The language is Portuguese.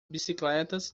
bicicletas